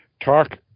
talk